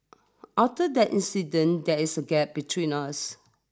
after that incident there is a gap between us